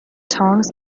tongs